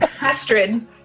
Astrid